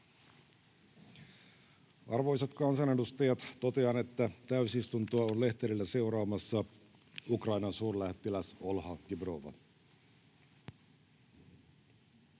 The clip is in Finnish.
Arvoisat kansanedustajat! Totean, että täysistuntoa on lehterillä seuraamassa Ukrainan suurlähettiläs Olha Dibrova.